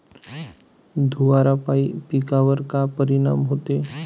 धुवारापाई पिकावर का परीनाम होते?